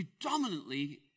predominantly